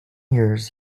years